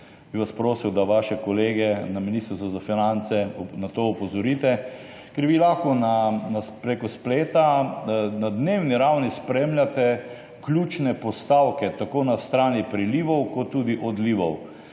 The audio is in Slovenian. bi vas, da svoje kolege na Ministrstvu za finance na to opozorite. Ker vi lahko prek spleta na dnevni ravni spremljate ključne postavke tako na strani prilivov kot tudi odlivov.